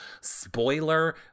spoiler